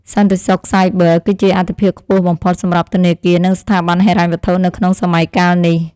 សន្តិសុខសាយប័រ គឺជាអាទិភាពខ្ពស់បំផុតសម្រាប់ធនាគារនិងស្ថាប័នហិរញ្ញវត្ថុនៅក្នុងសម័យកាលនេះ។